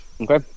okay